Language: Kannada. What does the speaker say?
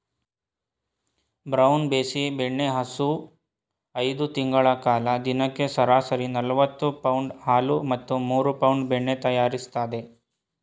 ಬ್ರೌನ್ ಬೆಸ್ಸಿ ಬೆಣ್ಣೆಹಸು ಐದು ತಿಂಗಳ ಕಾಲ ದಿನಕ್ಕೆ ಸರಾಸರಿ ನಲವತ್ತು ಪೌಂಡ್ ಹಾಲು ಮತ್ತು ಮೂರು ಪೌಂಡ್ ಬೆಣ್ಣೆ ತಯಾರಿಸ್ತದೆ